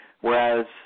Whereas